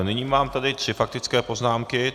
Nyní mám tady tři faktické poznámky.